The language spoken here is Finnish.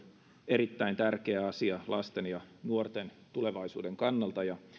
erittäin tärkeä asia lasten ja nuorten tulevaisuuden kannalta ja